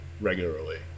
regularly